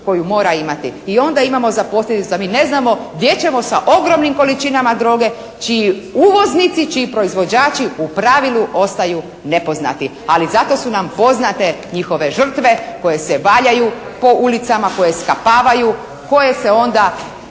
koju mora imati i onda imamo za posljedicu da mi ne znamo gdje ćemo sa ogromnim količinama droge čiji uvoznici, čiji proizvođači u pravilu ostaju nepoznati, ali zato su nam poznate njihove žrtve koje se valjaju po ulicama, koje skapavaju, koje se onda